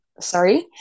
Sorry